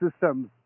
systems